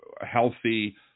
healthy